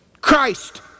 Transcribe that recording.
Christ